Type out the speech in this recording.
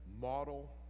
model